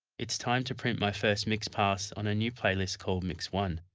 it's time to print my first mix pass on a new playlist called mix one,